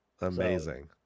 Amazing